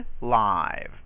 live